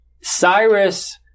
Cyrus